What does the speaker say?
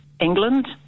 England